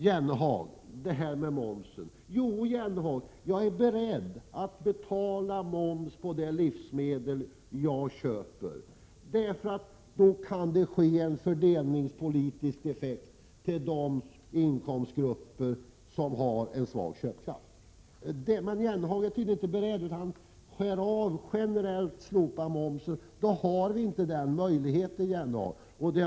Till Jan Jennehag vill jag säga att jag är beredd att betala moms på de livsmedel jag köper, för då kan det bli en fördelningspolitisk effekt till förmån för de grupper som har svag köpkraft. Men Jan Jennehag är tydligen inte beredd till detta, utan han vill slopa momsen generellt. Då har vi inte denna fördelningspolitiska möjlighet, Jan Jennehag.